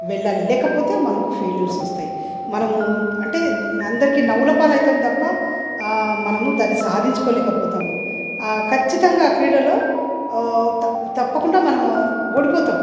వెళ్ళాలి లేకపోతే మనకు ఫెయిల్యూర్స్ వస్తాయి మనము అంటే అందరికీ నవ్వులపాలవుతం తప్ప ఆ మనము దాన్ని సాధించుకోలేకపోతాము ఖచ్చితంగా ఆ క్రీడలో త తప్పకుండా మనము ఓడిపోతాము